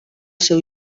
seu